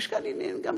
גם יש כאן עניינים של